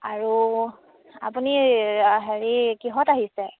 আৰু আপুনি হেৰি কিহত আহিছে